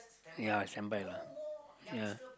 ya standby lah ya